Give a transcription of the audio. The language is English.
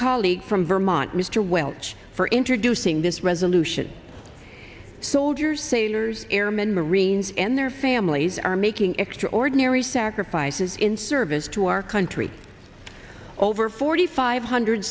colleague from vermont mr welch for introducing this resolution soldiers sailors airmen marines and their families are making extraordinary sacrifices in service to our country over forty five hundred